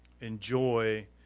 enjoy